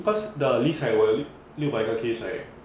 cause the list like 我有六百个 case right